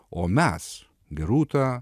o mes gerūta